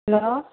hello